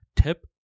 tip